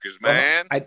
man